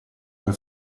per